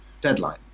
deadline